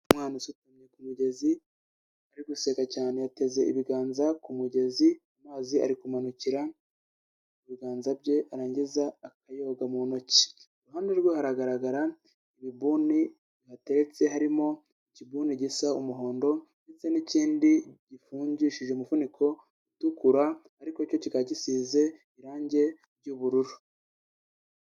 Umwana usutamye ku mugezi. ari guseka cyane yateze ibiganza ku mugezi, amazi ari kumanukira mu ibiganza bye arangiza akayoga mu ntoki, iruhande rwe hagaragara ibibuni bateretse harimo ikibunni gisa umuhondo, ndetse n'ikindi gifungishije umufuniko utukura, ariko cyo kikaba gisize irangi ry'ubururu.